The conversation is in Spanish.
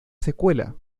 secuela